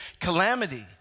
calamity